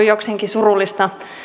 jokseenkin surullista